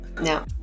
No